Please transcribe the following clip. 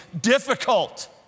difficult